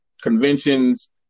conventions